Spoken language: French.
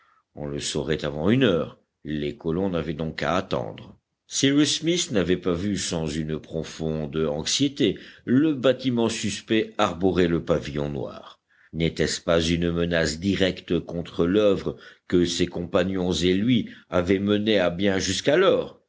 on le saurait avant une heure les colons n'avaient donc qu'à attendre cyrus smith n'avait pas vu sans une profonde anxiété le bâtiment suspect arborer le pavillon noir n'était-ce pas une menace directe contre l'oeuvre que ses compagnons et lui avaient menée à bien jusqu'alors